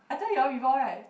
I tell you all before right